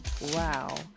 Wow